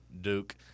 Duke